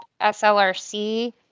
SLRC